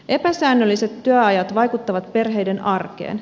epäsäännölliset työajat vaikuttavat perheiden arkeen